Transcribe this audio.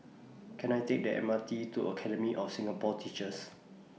Can I Take The M R T to Academy of Singapore Teachers